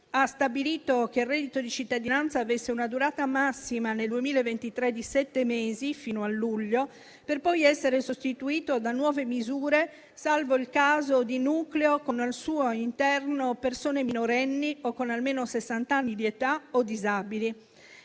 ha stabilito che il reddito di cittadinanza avesse una durata massima nel 2023 di sette mesi fino a luglio, per poi essere sostituito da nuove misure, salvo il caso di nucleo con al suo interno persone minorenni o con almeno sessant'anni di età o disabili.